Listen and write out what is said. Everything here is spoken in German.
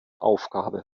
aufgabe